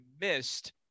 missed